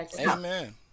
Amen